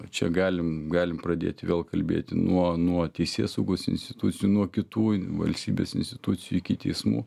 čia galim galim pradėti vėl kalbėti nuo nuo teisėsaugos institucijų nuo kitų valstybės institucijų iki teismų